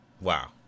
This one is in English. wow